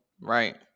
right